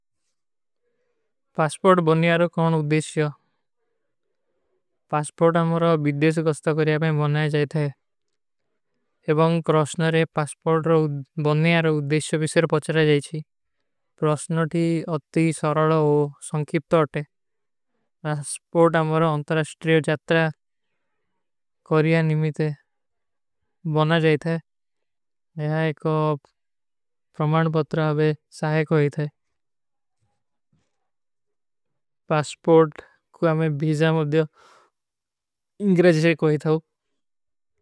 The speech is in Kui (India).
ପାସ୍ପୋର୍ଟ ବନନେ ଆରୋ କୌନ ଉଦେଶ ହୈ। ପାସ୍ପୋର୍ଟ ଆମାରା ବିଦ୍ଦେଶ କସ୍ତା କରିଯା ପେ ବନାଯା ଜାଯତା ହୈ। ଏବାଁ କ୍ରୋଷନରେ ପାସ୍ପୋର୍ଟ ବନନେ ଆରୋ ଉଦେଶ ଵିସେର ପଚ୍ଚରା ଜାଯଚୀ। ପ୍ରୋଷନର ଥୀ ଅତି ସରଲା ହୋ ସଂକୀପ୍ତ ଆଟେ। ପାସ୍ପୋର୍ଟ ଆମାରା ଅଂତରାସ୍ଟ୍ରେଵ ଚାତ୍ରା କରିଯା ନିମିତେ ବନା ଜାଯତା ହୈ। ଯହାଈ ଏକ ପ୍ରମାଣ ପତ୍ରା ଆବେ ସାହେ କୋଈ ଥାଈ। ପାସ୍ପୋର୍ଟ କୋ ଆମେ ବୀଜା ମେଂ ଇଂଗ୍ରେଜେ କୋଈ ଥା।